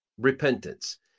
repentance